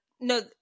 no